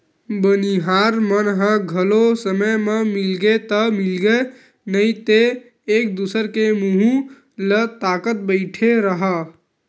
बनिहार मन ह घलो समे म मिलगे ता मिलगे नइ ते एक दूसर के मुहूँ ल ताकत बइठे रहा